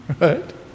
right